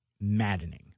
maddening